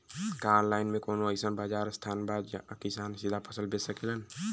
का आनलाइन मे कौनो अइसन बाजार स्थान बा जहाँ किसान सीधा फसल बेच सकेलन?